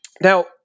now